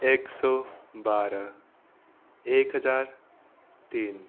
एक सय बाह्र एक हजार तिन